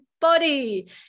body